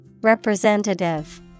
Representative